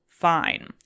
Fine